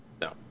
no